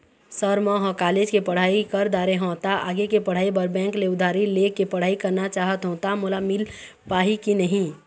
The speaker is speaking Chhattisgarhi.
सर म ह कॉलेज के पढ़ाई कर दारें हों ता आगे के पढ़ाई बर बैंक ले उधारी ले के पढ़ाई करना चाहत हों ता मोला मील पाही की नहीं?